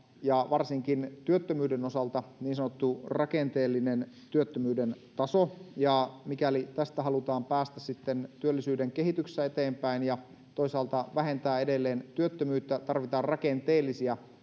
ja varsinkin työttömyyden osalta niin sanottu rakenteellinen työttömyyden taso ja mikäli tästä halutaan päästä sitten työllisyyden kehityksessä eteenpäin ja toisaalta vähentää edelleen työttömyyttä tarvitaan rakenteellisia